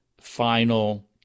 final